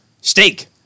steak